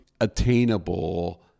attainable